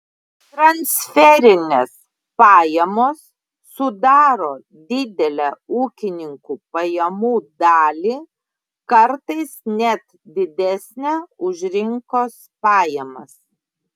transferinės pajamos sudaro didelę ūkininkų pajamų dalį kartais net didesnę už rinkos pajamas